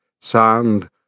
sound